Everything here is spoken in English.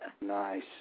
Nice